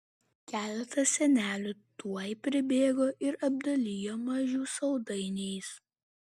keletas senelių tuoj pribėgo ir apdalijo mažių saldainiais